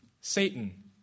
Satan